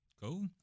Cool